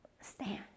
stand